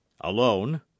alone